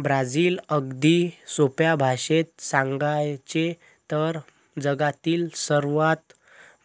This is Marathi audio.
ब्राझील, अगदी सोप्या भाषेत सांगायचे तर, जगातील सर्वात